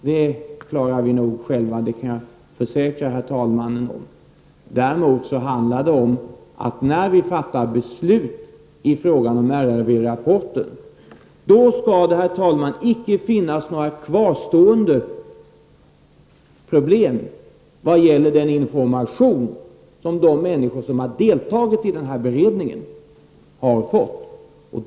Det klarar vi nog själva, det kan jag försäkra. Däremot handlar det om att när vi fattar beslut i frågan om RRV-rapporten skall det inte finnas några kvarstående problem vad gäller den information som de människor som har deltagit i beredningen har fått.